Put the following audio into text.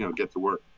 so get to work.